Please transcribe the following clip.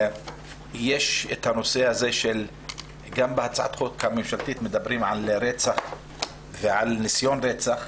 גם בהצעת החוק הממשלתית מדברים על רצח ועל ניסיון רצח.